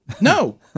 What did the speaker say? No